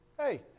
Hey